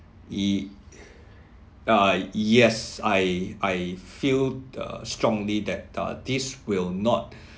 ye~ uh yes I I feel uh strongly that uh this will not